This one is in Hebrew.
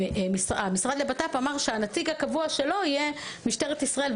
המשרד לביטחון פנים אמר שהנציג הקבוע שלו יהיה משטרתי ישראל.